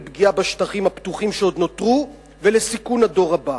לפגיעה בשטחים הפתוחים שעוד נותרו ולסיכון הדור הבא.